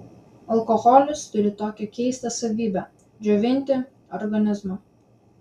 alkoholis turi tokią keistą savybę džiovinti organizmą